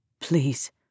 Please